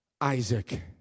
Isaac